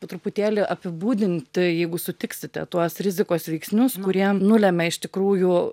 truputėlį apibūdint jeigu sutiksite tuos rizikos veiksnius kurie nulemia iš tikrųjų